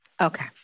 okay